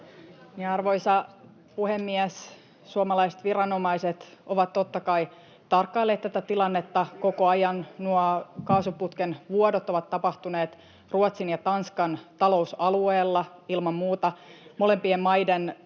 Arvoisa puhemies! Suomalaiset viranomaiset ovat, totta kai, tarkkailleet tätä tilannetta koko ajan. [Jani Mäkelä: Ei kysytty viranomaisista!] Nuo kaasuputken vuodot ovat tapahtuneet Ruotsin ja Tanskan talousalueella. Ilman muuta molempien maiden hallitukset